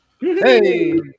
Hey